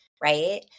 right